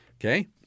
okay